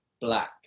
black